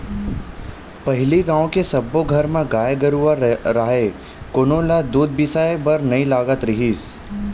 पहिली गाँव के सब्बो घर म गाय गरूवा राहय कोनो ल दूद बिसाए बर नइ लगत रिहिस